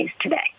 today